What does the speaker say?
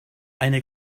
eine